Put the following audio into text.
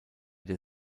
der